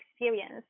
experience